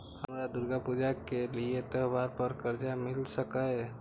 हमरा दुर्गा पूजा के लिए त्योहार पर कर्जा मिल सकय?